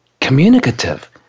communicative